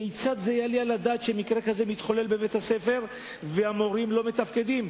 כיצד זה יעלה על הדעת שמקרה כזה מתחולל בבית-הספר והמורים לא מתפקדים?